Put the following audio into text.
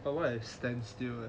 but what if I stand still eh